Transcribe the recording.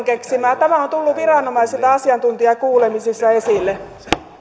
keksimää tämä on tullut viranomaisilta asiantuntijakuulemisissa esille